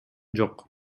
жок